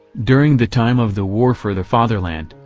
during the time of the war for the fatherland,